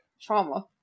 trauma